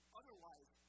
otherwise